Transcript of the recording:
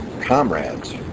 comrades